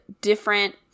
different